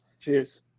Cheers